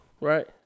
right